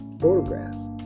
photographs